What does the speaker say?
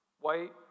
white